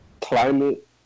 climate